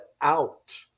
out